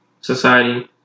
society